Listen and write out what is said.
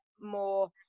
more